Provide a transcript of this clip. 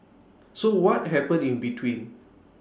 so what happened in between